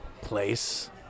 place